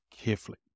carefully